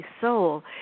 soul